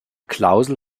klausel